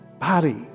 body